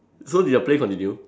so did your play continue